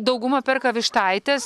dauguma perka vištaites